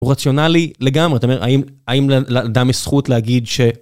רציונלי לגמרי, זאת אומרת, האם לאדם יש זכות להגיד ש...